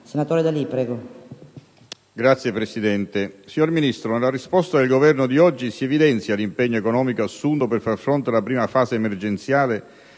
*(PdL)*. Signora Presidente, signor Ministro, nella risposta del Governo di oggi si evidenzia l'impegno economico assunto per far fronte alla prima fase emergenziale